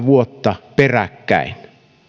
vuotta peräkkäin